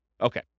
Okay